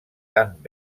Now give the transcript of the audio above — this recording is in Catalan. tant